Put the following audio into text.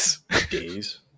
Days